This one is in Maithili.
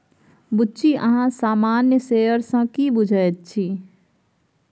बुच्ची अहाँ सामान्य शेयर सँ की बुझैत छी?